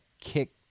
kick